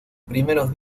primeros